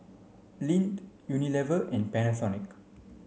Lindt Unilever and Panasonic